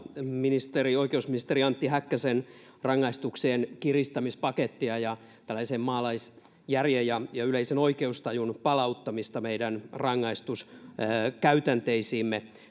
oikeusministeri antti häkkäsen rangaistuksienkiristämispakettia ja tällaisen maalaisjärjen ja yleisen oikeustajun palauttamista meidän rangaistuskäytänteisiimme